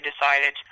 decided